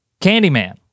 Candyman